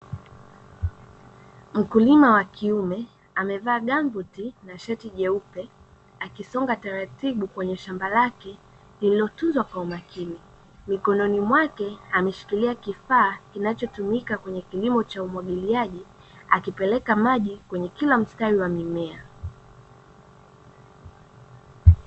Mkulima wa kiume amevaa gambuti na shati jeupe akisonga taratibu kwenye shamba lake lililotuzwa kwa umakini. mikononi mwake ameshikilia kifaa kinachotumika kwenye kilimo cha umwagiliaji akipeleka maji kwenye kila mstari wa mimea.